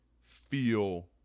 feel